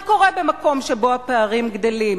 מה קורה במקום שבו הפערים גדלים,